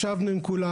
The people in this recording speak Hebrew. ישבנו עם כולם.